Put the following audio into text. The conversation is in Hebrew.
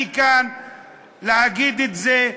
אני כאן כדי להגיד את זה: